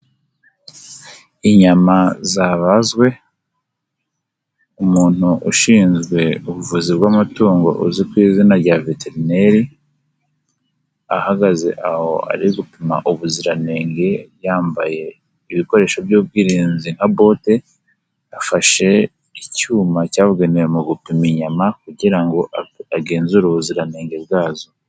Inyama zabazwe umuntu ushinzwe ubuvuzi bw'amatungo uzwi ku izina rya veterineri, ahagaze aho ari gupima ubuziranenge ,yambaye ibikoresho by'ubwirinzi nka bote, afashe icyuma cyabugenewe mu gupima inyama, kugira ngo agenzure ubuziranenge bwazo.